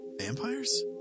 vampires